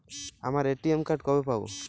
আমার ATM card কবে পাব?